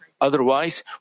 Otherwise